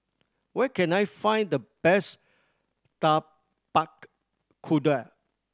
where can I find the best Tapak Kuda